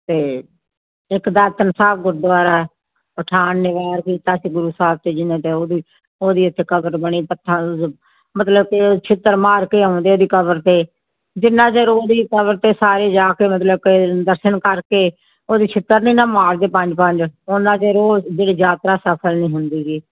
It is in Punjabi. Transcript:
ਅਤੇ ਇੱਕ ਦਰਸ਼ਨ ਸਾਹਿਬ ਗੁਰੂਦਵਾਰਾ ਪਠਾਨ ਨੇ ਵਾਰ ਕੀਤਾ ਸੀਗਾ ਗੁਰੂ ਸਾਹਿਬ 'ਤੇ ਜਿਹਨੇ ਤੇ ਉਹ ਵੀ ਉਹਦੀ ਇੱਥੇ ਕਬਰ ਬਣੀ ਉਹਦੀ ਪੱਥਰ ਮਤਲਬ ਕਿ ਛਿੱਤਰ ਮਾਰ ਕੇ ਆਉਂਦੇ ਉਹਦੀ ਕਬਰ 'ਤੇ ਜਿੰਨਾ ਚਿਰ ਉਹ ਦੀ ਕਬਰ 'ਤੇ ਸਾਰੇ ਜਾ ਕੇ ਮਤਲਬ ਕਿ ਦਰਸ਼ਨ ਕਰਕੇ ਉਹਦੀ ਛਿੱਤਰ ਨਹੀਂ ਨਾ ਮਾਰਦੇ ਪੰਜ ਪੰਜ ਉੰਨਾ ਚਿਰ ਉਹ ਜਿਹੜੇ ਯਾਤਰਾ ਸਫਲ ਨਹੀਂ ਹੁੰਦੀ